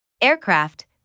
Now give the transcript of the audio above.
Aircraft